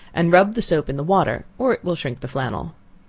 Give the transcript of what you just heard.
and rub the soap in the water, or it will shrink the flannel.